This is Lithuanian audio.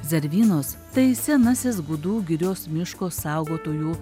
zervynos tai senasis būdų girios miško saugotojų